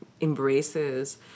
embraces